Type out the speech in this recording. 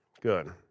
good